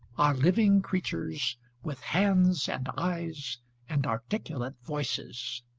are living creatures, with hands and eyes and articulate voices.